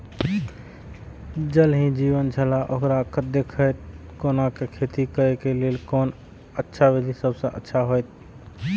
ज़ल ही जीवन छलाह ओकरा देखैत कोना के खेती करे के लेल कोन अच्छा विधि सबसँ अच्छा होयत?